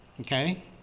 okay